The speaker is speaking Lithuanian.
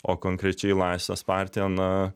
o konkrečiai laisvės partija na